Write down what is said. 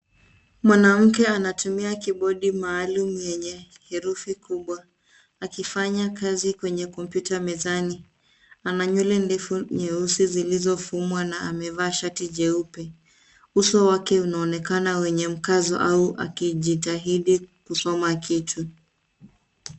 Mwanamke anatuma kibodi maalum yenye herufi kubwa aifanya kazi kwenye kompyuta mezani. Ana nywele ndefu nyeusi zilizo fumwa na amevaa shati jeupe, uso wake unaonekan wenye mkazo au akijitahidi kusoma kitu.